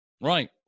Right